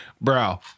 Bro